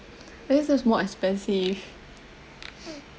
that is just more expensive